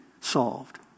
solved